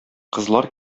кызлар